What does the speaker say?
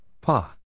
Pa